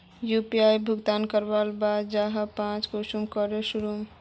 UPI भुगतान करवार बाद वहार जाँच कुंसम करे करूम?